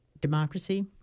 democracy